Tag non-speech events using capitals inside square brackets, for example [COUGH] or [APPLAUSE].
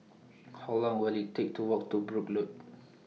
[NOISE] How Long Will IT Take to Walk to Brooke Road [NOISE]